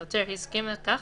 והעותר הסכים לכך,